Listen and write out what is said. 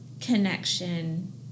connection